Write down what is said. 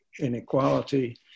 inequality